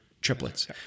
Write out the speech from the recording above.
triplets